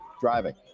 driving